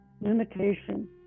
limitation